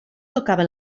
tocava